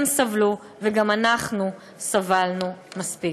הם סבלו, וגם אנחנו סבלנו, מספיק."